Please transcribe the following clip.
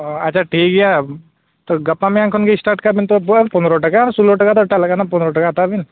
ᱚᱻ ᱟᱪᱪᱷᱟ ᱴᱷᱤᱠ ᱜᱮᱭᱟ ᱛᱚ ᱜᱟᱯᱟᱼᱢᱮᱭᱟᱝ ᱠᱷᱚᱱᱜᱮ ᱤᱥᱴᱟᱨᱴᱠᱟᱜ ᱵᱮᱱ ᱛᱚᱵᱮ ᱯᱚᱱᱮᱨᱚ ᱴᱟᱠᱟ ᱟᱨ ᱥᱳᱞᱳ ᱴᱟᱠᱟᱫᱚ ᱯᱚᱱᱮᱨᱚ ᱴᱟᱠᱟ ᱦᱟᱛᱟᱣᱵᱮᱱ